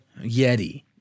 Yeti